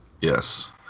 Yes